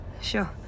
Sure